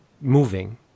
moving